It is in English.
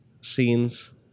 scenes